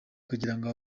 kugirango